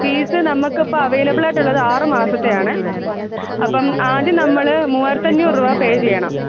fees നമുക്കിപ്പോൾ അവൈലബിളായിട്ടുള്ളത് ആറ് മാസത്തെ ആണ് അപ്പം ആദ്യം നമ്മൾ മുവായിരത്തഞ്ഞൂറ് രൂപ പേ ചെയ്യണം